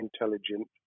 intelligent